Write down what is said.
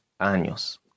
años